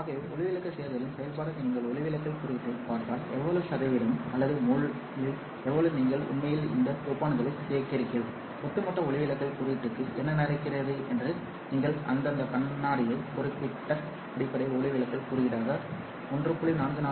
ஆகவே ஒளிவிலகல் சேர்த்தலின் செயல்பாடாக நீங்கள் ஒளிவிலகல் குறியீட்டைப் பார்த்தால் எவ்வளவு சதவீதம் அல்லது மோலில் எவ்வளவு நீங்கள் உண்மையில் இந்த டோபண்டுகளைச் சேர்க்கிறீர்கள் ஒட்டுமொத்த ஒளிவிலகல் குறியீட்டுக்கு என்ன நடக்கிறது என்று நீங்கள் அந்தக் கண்ணாடியை குறிப்பிட்ட அடிப்படை ஒளிவிலகல் குறியீடாக 1